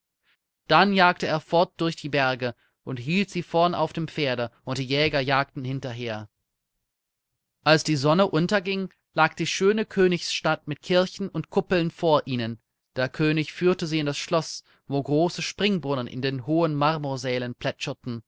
dann jagte er fort durch die berge und hielt sie vorn auf dem pferde und die jäger jagten hinterher als die sonne unterging lag die schöne königsstadt mit kirchen und kuppeln vor ihnen der könig führte sie in das schloß wo große springbrunnen in den hohen marmorsälen plätscherten